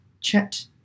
chat